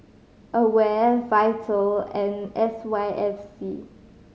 AWARE Vital and S Y F C